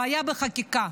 בעיה בחקיקה.